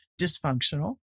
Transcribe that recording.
dysfunctional